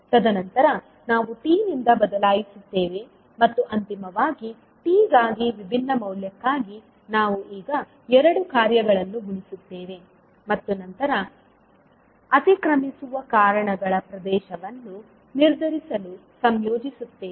ತದನಂತರ ನಾವು t ನಿಂದ ಬದಲಾಯಿಸುತ್ತೇವೆ ಮತ್ತು ಅಂತಿಮವಾಗಿ t ಗಾಗಿ ವಿಭಿನ್ನ ಮೌಲ್ಯಕ್ಕಾಗಿ ನಾವು ಈಗ ಎರಡು ಕಾರ್ಯಗಳನ್ನು ಗುಣಿಸುತ್ತೇವೆ ಮತ್ತು ನಂತರ ಅತಿಕ್ರಮಿಸುವ ಕಾರಣಗಳ ಪ್ರದೇಶವನ್ನು ನಿರ್ಧರಿಸಲು ಸಂಯೋಜಿಸುತ್ತೇವೆ